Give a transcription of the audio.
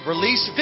Release